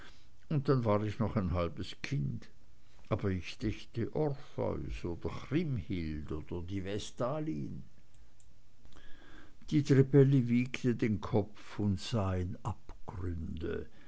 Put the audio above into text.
und dann war ich noch ein halbes kind aber ich dächte orpheus oder chrimhild oder die vestalin die trippelli wiegte den kopf und sah in abgründe